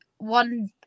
One